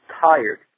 tired